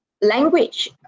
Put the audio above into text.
language